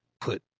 put